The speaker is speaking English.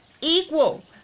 equal